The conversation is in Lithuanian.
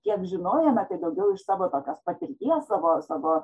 kiek žinojome tai daugiau iš savo tokios patirties savo savo